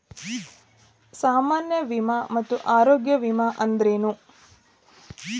ಸಾಮಾನ್ಯ ವಿಮಾ ಮತ್ತ ಆರೋಗ್ಯ ವಿಮಾ ಅಂದ್ರೇನು?